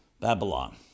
Babylon